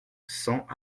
cent